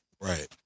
Right